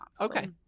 Okay